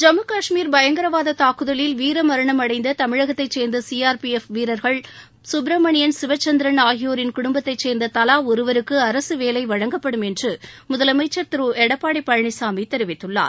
ஜம்மு காஷ்மீர் பயங்கரவாத தாக்குதலில் வீர மரணம் அடைந்த தமிழகத்தைச் சேர்ந்த சிஆர்பிஎஃப் வீரர்கள் கப்பிரமணியன் சிவச்சந்திரன் ஆகியோரின் குடும்பத்தைச் சேர்ந்த தலா ஒருவருக்கு அரசு வேலை வழங்கப்படும் என்று முதலமைச்சர் திரு எடப்பாடி பழனிசாமி தெரிவித்துள்ளார்